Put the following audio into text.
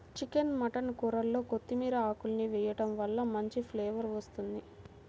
chicken mutton కూరల్లో కొత్తిమీర ఆకులను వేయడం వలన మంచి ఫ్లేవర్ వస్తుంది